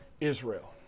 Israel